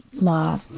law